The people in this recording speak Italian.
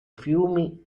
fiumi